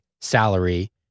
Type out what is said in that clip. salary